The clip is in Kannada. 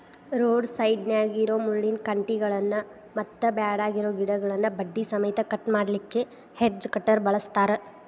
ರೋಡ್ ಸೈಡ್ನ್ಯಾಗಿರೋ ಮುಳ್ಳಿನ ಕಂಟಿಗಳನ್ನ ಮತ್ತ್ ಬ್ಯಾಡಗಿರೋ ಗಿಡಗಳನ್ನ ಬಡ್ಡಿ ಸಮೇತ ಕಟ್ ಮಾಡ್ಲಿಕ್ಕೆ ಹೆಡ್ಜ್ ಕಟರ್ ಬಳಸ್ತಾರ